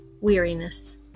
weariness